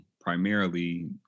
primarily